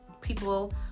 people